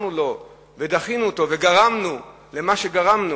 עזרנו לו ודחינו אותו וגרמנו למה שגרמנו,